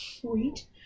Sweet